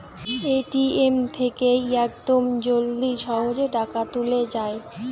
ATM থেকে ইয়াকদম জলদি সহজে টাকা তুলে যায়